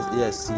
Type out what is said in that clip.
yes